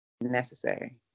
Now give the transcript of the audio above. necessary